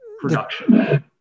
production